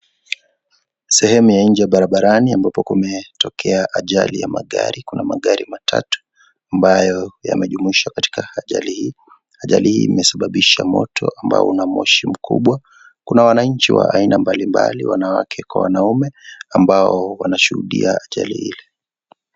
Sehemu ya nje ya barani ambapo tokea ajali ya magari kuna magari matatu ambayo yamejumuisha katika ajali hii imesaababisha moto ambao una moshi mkubwa. Kuna wananchi wa aina mbalimbali wanawake kwa wanaume ambao wanashuhudia ajali hii .